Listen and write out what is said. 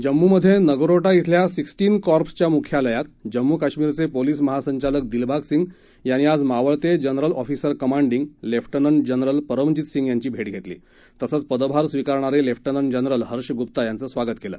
जम्मूमधे नगरोटा इथल्या sixteen corps च्या मुख्यालयात जम्मू काश्मीरचे पोलीस महासंचालक दिलबाग सिंग यांनी आज मावळते general officer commanding lieutenant general Paramjit Singh यांची भेट घेतली तसंच पदभार स्वीकारणारे लेफ्टनंट जनरल हर्ष गुप्ता यांचं स्वागत केलं